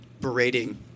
Berating